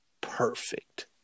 perfect